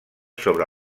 sobre